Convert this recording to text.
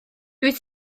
dwyt